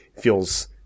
feels